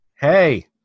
Hey